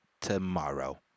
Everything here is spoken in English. Tomorrow